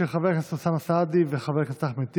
של חבר הכנסת אוסאמה סעדי וחבר הכנסת אחמד טיבי.